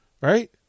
right